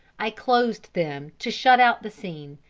i closed them to shut out the scene,